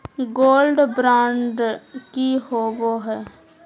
Gold bond की होबो है?